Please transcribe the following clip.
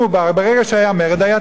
ברגע שהיה מרד, היה טבח.